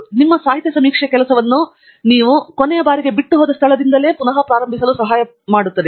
ಮತ್ತು ನಿಮ್ಮ ಸಾಹಿತ್ಯ ಸಮೀಕ್ಷೆ ಕೆಲಸವನ್ನು ನೀವು ಕೊನೆಯ ಬಾರಿಗೆ ಬಿಟ್ಟುಹೋದ ಸ್ಥಳದಿಂದ ಪ್ರಾರಂಭಿಸಲು ಸಹಾಯಕವಾಗುವುದು